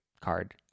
card